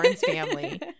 family